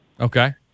Okay